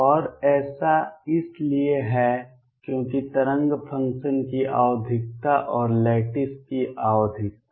और ऐसा इसलिए है क्योंकि तरंग फंक्शन की आवधिकता और लैटिस की आवधिकता